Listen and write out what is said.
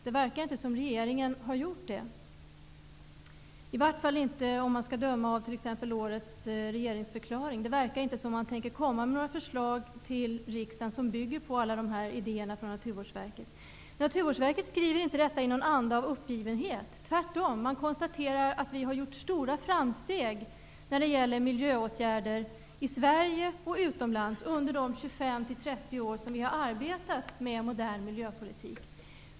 Det verkar inte som om regeringen har gjort det, i vart fall inte om man skall döma av t.ex. årets regeringsförklaring. Det verkar inte som om regeringen tänker komma med några förslag till riksdagen som bygger på alla idéerna från Naturvårdsverket. Naturvårdsverket skriver inte detta i någon anda av uppgivenhet, tvärtom. Verket konstaterar att vi har gjort stora framsteg när det gäller miljöåtgärder i Sverige och utomlands under de 25-30 år som vi har arbetat med modern miljöpolitik.